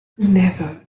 never